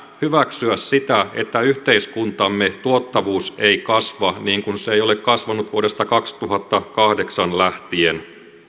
hyväksyä sitä että yhteiskuntamme tuottavuus ei kasva niin kuin se ei ole kasvanut vuodesta kaksituhattakahdeksan lähtien